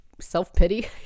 self-pity